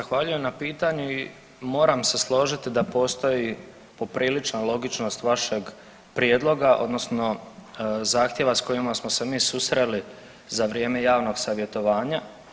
Zahvaljujem na pitanju i moram se složiti da postoji poprilično logičnost vašeg prijedloga odnosno zahtjeva s kojima smo se mi susreli za vrijeme Javnog savjetovanja.